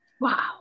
Wow